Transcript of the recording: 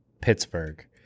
Pittsburgh